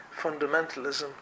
fundamentalism